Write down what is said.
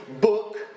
book